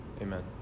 amen